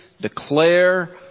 declare